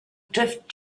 drift